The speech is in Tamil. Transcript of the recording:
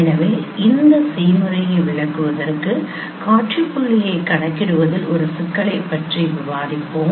எனவே இந்த செயல்முறையை விளக்குவதற்கு காட்சி புள்ளியைக் கணக்கிடுவதில் ஒரு சிக்கலைப் பற்றி விவாதிப்போம்